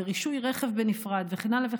רישוי רכב בנפרד וכן הלאה,